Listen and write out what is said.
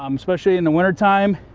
um especially in the winter time